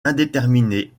indéterminée